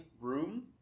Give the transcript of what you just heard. room